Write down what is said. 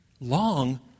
long